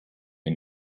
ihn